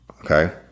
Okay